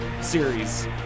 series